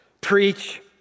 Preach